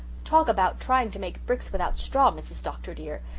talk about trying to make bricks without straw, mrs. dr. dear!